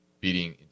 beating